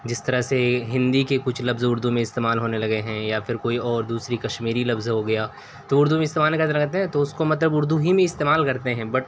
جس طرح سے ہندی کے کچھ لفظ اردو میں استعمال ہونے لگے ہیں یا پھر کوئی اور دوسری کشمیری لفظ ہوگیا تو اردو میں استعمال کرنے لگتے ہیں تو اس کو مطلب اردو ہی میں استعمال کرتے ہیں بٹ